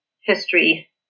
history